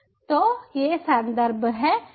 तो ये संदर्भ हैं